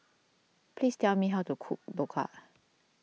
please tell me how to cook Dhokla